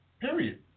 Period